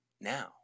now